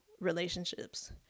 relationships